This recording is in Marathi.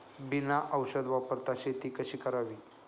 बिना औषध वापरता शेती कशी करावी?